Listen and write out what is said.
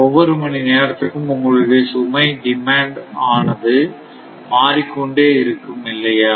ஒவ்வொரு மணி நேரத்துக்கும் உங்களுடைய சுமை டிமாண்ட் அவனது மாறிக்கொண்டு இருக்கும் இல்லையா